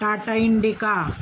Tata Indica